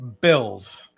Bills